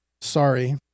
Sorry